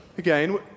Again